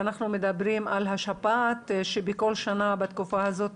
ואנחנו מדברים על השפעת שבכל שנה בתקופה הזאת